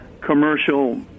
commercial